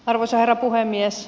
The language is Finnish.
arvoisa herra puhemies